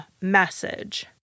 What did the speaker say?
message